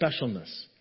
specialness